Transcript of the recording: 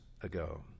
ago